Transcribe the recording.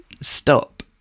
Stop